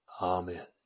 Amen